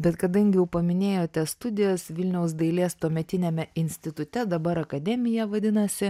bet kadangi jau paminėjote studijas vilniaus dailės tuometiniame institute dabar akademija vadinasi